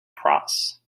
cross